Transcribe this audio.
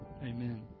Amen